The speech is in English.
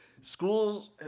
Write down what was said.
Schools